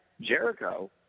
Jericho